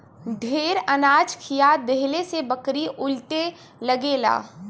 ढेर अनाज खिया देहले से बकरी उलटे लगेला